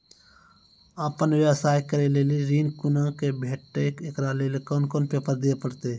आपन व्यवसाय करै के लेल ऋण कुना के भेंटते एकरा लेल कौन कौन पेपर दिए परतै?